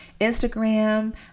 Instagram